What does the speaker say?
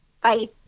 Bye